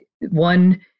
one